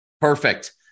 Perfect